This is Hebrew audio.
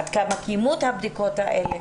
עד כמה קיימו את הבדיקות האלה.